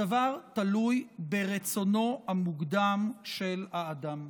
הדבר תלוי ברצונו המוקדם של האדם.